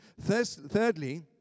Thirdly